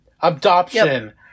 Adoption